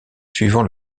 suivant